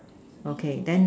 okay then